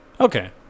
Okay